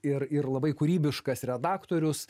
ir ir labai kūrybiškas redaktorius